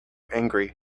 angry